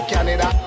Canada